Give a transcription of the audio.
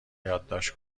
یادداشت